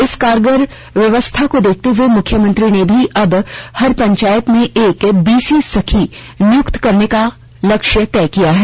इस कारगर व्यवस्था को देखते हुए मुख्यमंत्री ने भी अब हर पंचायत में एक बीसीसखी नियुक्त करने का लक्ष्य तय किया है